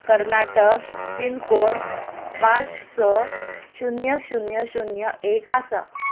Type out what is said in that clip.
Karnataka pin code पांच स शुन्य शुन्य शुन्य एक आसा